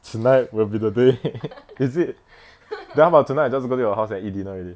tonight will be the day is it then how about tonight I just go to your house and eat dinner already